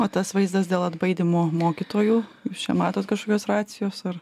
o tas vaizdas dėl atbaidymo mokytojų čia matot kažkokios racijos ar